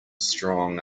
strong